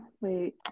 wait